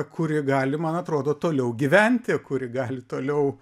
kuri gali man atrodo toliau gyventi kuri gali toliau